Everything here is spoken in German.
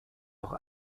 noch